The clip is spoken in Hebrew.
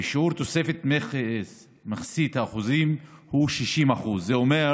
ובשיעור תוספת מכסת האחוזים הוא 60%; זה אומר